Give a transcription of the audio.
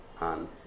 on